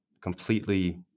completely